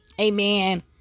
Amen